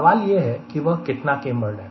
सवाल यह है कि वह कितना कैंबर्ड है